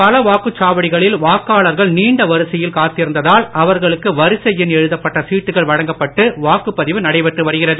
பல வாக்குச் சாவடிகளில் வாக்காளர்கள் நீண்ட வரிசையில் காத்திருந்த தால் அவர்களுக்கு வரிசை எண் எழுதப்பட்ட சீட்டுகள் வழங்கப்பட்டு வாக்குப்பதிவு நடைபெற்று வருகிறது